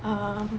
um